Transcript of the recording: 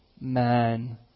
man